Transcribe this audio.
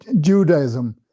Judaism